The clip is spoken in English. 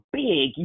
big